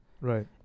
Right